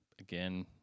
again